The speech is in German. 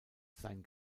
sein